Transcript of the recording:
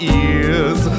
ears